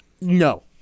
No